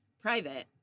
private